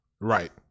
Right